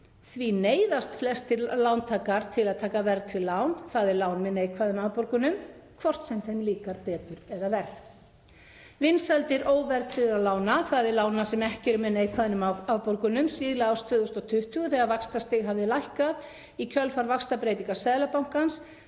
Því neyðast flestir lántakar til að taka verðtryggð lán, þ.e. lán með neikvæðum afborgunum, hvort sem þeim líkar betur eða verr. Vinsældir óverðtryggðra lána, þ.e. sem ekki eru með neikvæðum afborgunum, síðla árs 2020, þegar vaxtastig hafði lækkað í kjölfar vaxtabreytinga Seðlabankans,